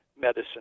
medicine